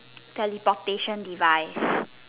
teleportation device